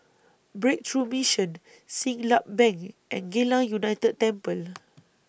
Breakthrough Mission Siglap Bank and Geylang United Temple